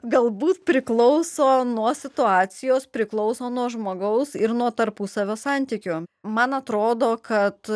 galbūt priklauso nuo situacijos priklauso nuo žmogaus ir nuo tarpusavio santykio man atrodo kad